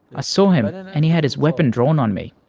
ah saw him and and and he had his weapon drawn on me.